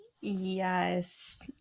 Yes